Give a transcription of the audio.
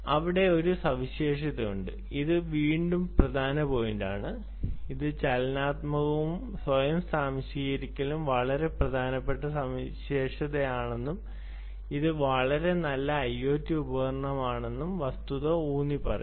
അവിടെ ഒരു സവിശേഷതയുണ്ട് അത് വീണ്ടും പ്രധാന പോയിന്റാണ് അത് ചലനാത്മകവും സ്വയം സ്വാംശീകരിക്കലും വളരെ പ്രധാനപ്പെട്ട സവിശേഷതയാണെന്നും ഇത് വളരെ നല്ല IoT ഉൽപ്പന്നമാണെന്നും വസ്തുത ഊന്നിപ്പറയുന്നു